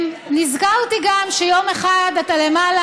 נזכרתי גם שיום אחד אתה למעלה,